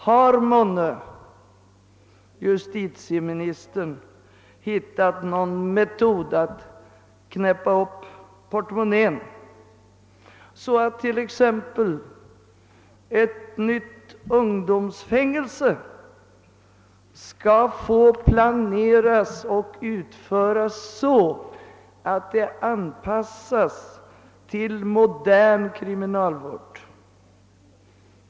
Har månne justitieministern hittat någon metod att knäppa upp portmonnän, så att t.ex. ett nytt ungdomsfängelse kan planeras och utföras så att det anpassas till modern kriminalvård?